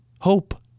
hope